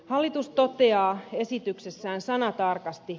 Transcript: hallitus toteaa esityksessään sanatarkasti